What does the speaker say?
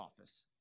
office